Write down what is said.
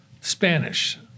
Spanish